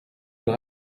bras